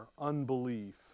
unbelief